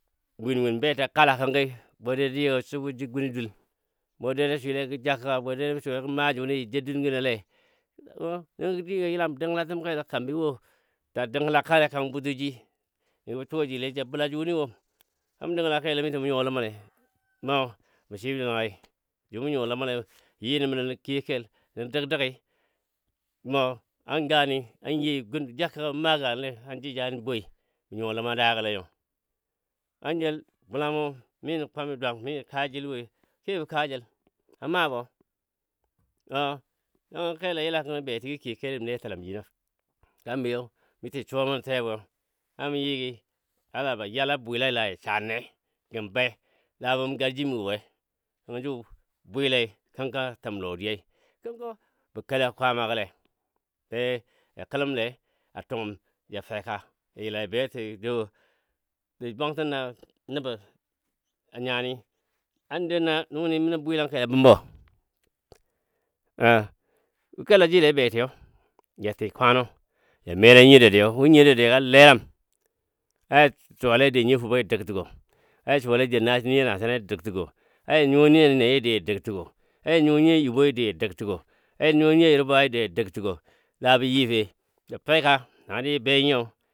win win beti kala kənki bwe dadiya a swibɔ jə guni dəl bwe dadiya gɔ swile gə ja kəka bwe dadiya swile gə maa juni ja jou dungɔno lei wo nəngɔ digɔ yilam dənglatəm kelɔ kambi wo ja dənglakale a kang butoji nəngɔ bə suwa jile ja bəla juniwo namu dəngla kele miso mu yuwa ləma le, mɔ mə swibɔ dəngli ju ma nyuwa ləma lei nə nyi nəɓɔ mɔ nən kiyo kel nən dəgdəgɨ mɔ a gani an yei bə gun bə ja kəka bə maa gani le an jəjalən mɔ boi mɔ nyuwa ləma dagəle nyo an jal bula mɔ minən kwami dwang minən kajəl woi kebɔ kajəi a maa bɔ nəngɔ kella yila kənko beti gə kiyo kella təbɔ netəlam jino, kambi yo yi tən suwa te bwe amɔ yi gɨɨ a la yala bwila la jə saanne gəm be la ba mɔ garjim gə we? nəngɔ ju bwile kənkɔ a təm lodiyai. kənko bə kela kwaama gɔle be ya kələm le a tungam ja feka an dɔ naa nuni minən bilənkeli a bumbo. bə kalajile betiyo ja tɨɨ kwannɔ ja mela nyiyo dadiyagɔ wu nya dadiya gɔ a lelam a ja ja suwa lei ja dou nyiyo fube gɔ ja dəgtəgo yaja suwa lei ja ɗɔ na nyiyo nasana gɔ ja dəgtəgɔ, an ja nyuwa nyiyo lboi dɔ ja dəgtəgɔ yaja nyuwa nyiyo yarba wai dɔ ja dəgtəgɔ labə yife jə feka nani ja be nyiyo.